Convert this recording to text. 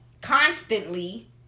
constantly